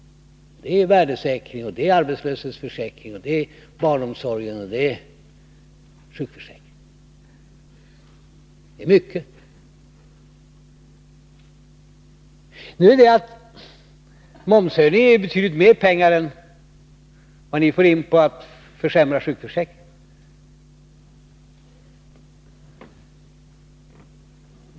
Det gäller värdesäkring, arbetslöshetsförsäkring, barnomsorg och sjukförsäkring —det är mycket. Momshöjningen ger ju betydligt mer pengar än vad ni får in på att försämra sjukförsäkringen.